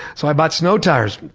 so i bought snow tires.